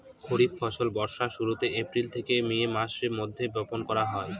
খরিফ ফসল বর্ষার শুরুতে, এপ্রিল থেকে মে মাসের মধ্যে, বপন করা হয়